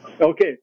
Okay